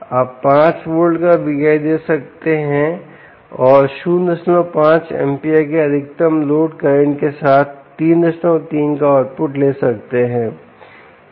आप 5 वोल्ट काVi दे सकते हैं और 05 एम्पियर के अधिकतम लोड करंट के साथ 33 का आउटपुट ले सकते हैं